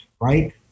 right